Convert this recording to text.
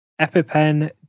EpiPen